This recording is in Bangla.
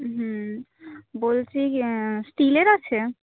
হুম বলছি স্টিলের আছে